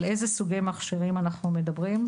על אילו סוגי מכשירים אנחנו מדברים,